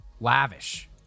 lavish